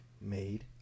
made